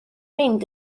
mynd